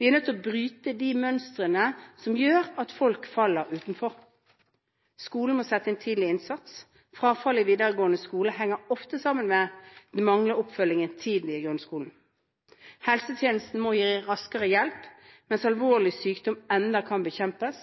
Vi er nødt til å bryte de mønstrene som gjør at folk faller utenfor. Skolen må sette inn en tidlig innsats. Frafallet i den videregående skolen henger ofte sammen med manglende oppfølging tidlig i grunnskolen. Helsetjenesten må gi raskere hjelp, mens alvorlig sykdom ennå kan bekjempes